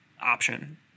option